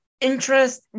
interest